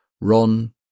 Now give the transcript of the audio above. Ron